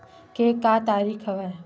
के का तरीका हवय?